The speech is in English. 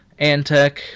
Antec